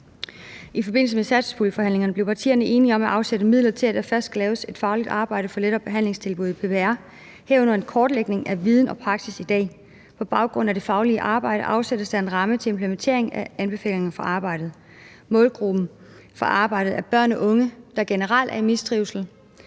I forbindelse med satspuljeforhandlingerne blev partierne enige om at afsætte midler til, at der først skal laves et fagligt arbejde om netop behandlingstilbuddet i PPR, herunder en kortlægning af viden og praksis i dag. På baggrund af det faglige arbejde afsættes der en ramme til implementering af anbefalingerne. Målgruppen for arbejdet er børn og unge, der generelt er i mistrivsel